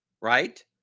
right